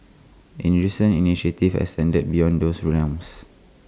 A recent initiative has extended beyond those realms